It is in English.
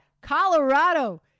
Colorado